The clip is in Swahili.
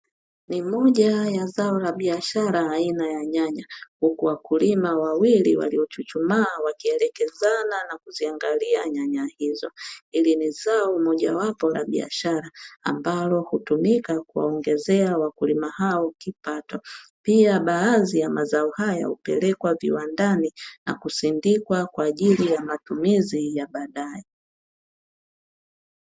Ni moja ya zao la biashara aina ya nyanya huku wakulima wawili waliochuchumaa wakielekezana na kuziangalia nyanya hizo, hili ni zao mojawapo la biashara ambalo hutumika kuongezea wakulima hao kipato. Pia baadhi ya mazao hayo hupelekwa viwandani na kusindikwa, kwa ajili ya matumizi ya baadae.